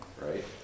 Right